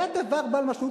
זה דבר בעל משמעות,